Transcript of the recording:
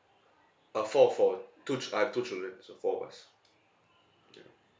uh four four two ch~ I have two children so four of us ya